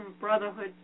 Brotherhood